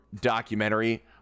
documentary